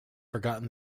forgotten